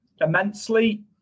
immensely